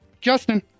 Justin